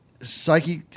psychic